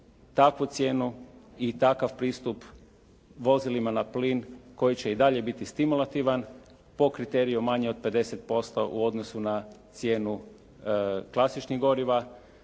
takvu cijenu i takav pristup vozilima na plin koji će i dalje biti stimulativan po kriteriju manje od 50% u odnosu na cijenu klasičnih goriva,